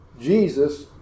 Jesus